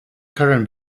current